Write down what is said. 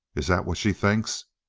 is that what she thinks?